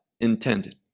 intended